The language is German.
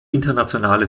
internationale